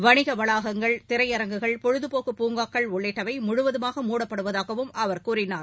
வணிக வளாகங்கள் திரையரங்குகள் பொழுதபோக்கு பூங்காக்கள் உள்ளிட்டவை முழுவதமாக மூடப்படுவதாகவும் அவர் கூறினார்